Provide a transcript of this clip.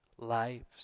lives